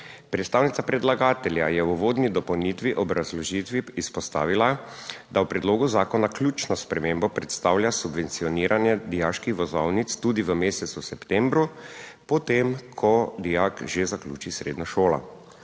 Predstavnica predlagatelja je v uvodni dopolnitvi, obrazložitvi izpostavila, da v predlogu zakona ključno spremembo predstavlja subvencioniranje dijaških vozovnic tudi v mesecu septembru, po tem, ko dijak že zaključi srednjo šolo.